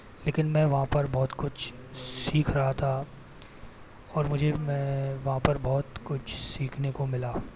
लेकिन मैं वहाँ पर बहुत कुछ सीख रहा था और मुझे मैं वहाँ पर बहुत कुछ सीखने को मिला